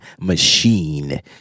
machine